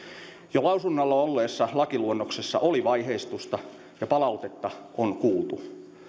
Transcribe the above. jo lausunnolla olleessa lakiluonnoksessa oli vaiheistusta ja palautetta on kuultu